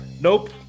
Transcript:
Nope